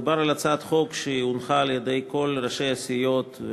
מדובר על הצעת חוק שהונחה על-ידי כל ראשי הסיעות בכנסת,